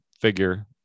figure